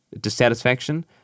dissatisfaction